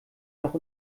noch